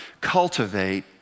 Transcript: cultivate